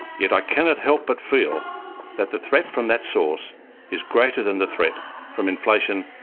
yet i cannot help but feel that the threat from that source is greater than the threat from inflation,